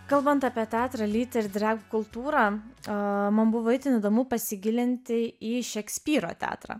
kalbant apie teatrą lytį ir drag kultūrą man buvo itin įdomu pasigilinti į šekspyro teatrą